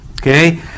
Okay